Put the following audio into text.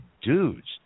dudes